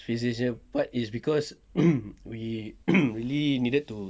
spacedays punya vibe is because we we needed to